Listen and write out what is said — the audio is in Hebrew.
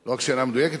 לא רק שאינה מדויקת,